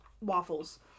waffles